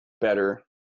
better